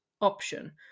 option